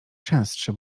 częstsze